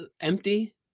empty